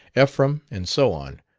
ephraim, and so on.